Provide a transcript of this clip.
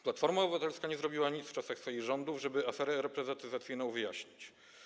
Platforma Obywatelska nie zrobiła nic w czasach swoich rządów, aby aferę reprywatyzacyjną wyjaśnić.